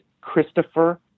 Christopher